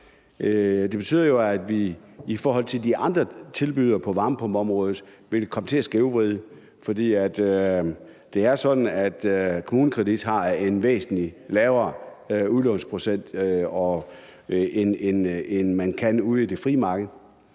Det betyder jo, at vi i forhold til de andre udbydere på varmepumpeområdet vil komme til at skævvride det, for det er sådan, at KommuneKredit har en væsentlig lavere udlånsrente end det frie marked.